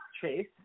chase